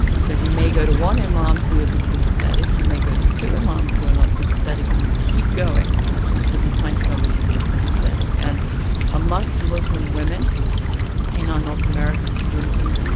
so you may go to one imam and um who isn't sympathetic, you may go to two imams who are not sympathetic and you keep going until you find somebody who is sympathetic, and amongst muslim women in our north american communities,